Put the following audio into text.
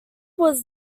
was